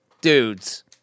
Dudes